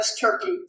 turkey